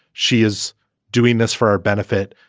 she is doing this for our benefit,